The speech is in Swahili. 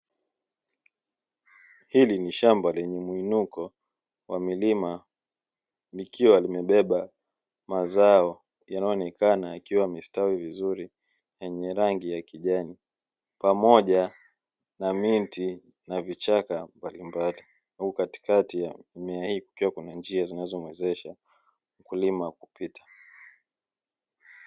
Hili ni shamba lenye mwinuko wa milima likiwa limebeba mazao yanayoonekana yakiwa yamestawi vizuri yenye rangi ya kijani, pamoja na miti na vichaka mbalimbali huku katikati ya mmea hii kukiwa kuna njia zinazomuwezesha mkulima kupita.